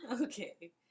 Okay